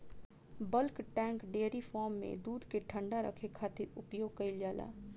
bulk tank dairy farm में दूध के ठंडा रखे खातिर उपयोग कईल जाला